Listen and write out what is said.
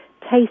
taste